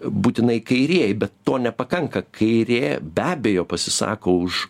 būtinai kairieji bet to nepakanka kairė be abejo pasisako už